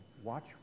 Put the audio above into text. watch